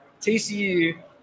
TCU